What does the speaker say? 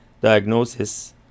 diagnosis